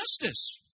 justice